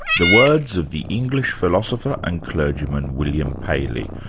the words of the english philosopher and clergyman, william paley,